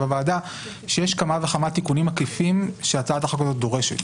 הוועדה שיש כמה וכמה תיקונים עקיפים שהצעת החוק הזאת דורשת.